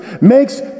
makes